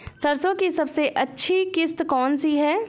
सरसो की सबसे अच्छी किश्त कौन सी है?